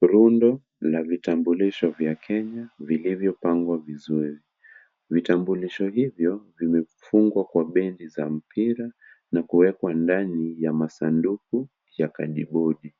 Rundo la vitambulisho vya Kenya vilivyopangwa vizuri. Vitambulisho hivyo, vimefungwa kwa bendi za mpira na kuwekwa ndani ya masanduku ya kajibodi.